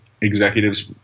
executives